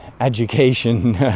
education